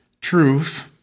Truth